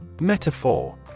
Metaphor